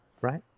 right